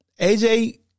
AJ